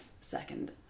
second